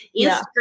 Instagram